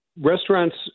restaurants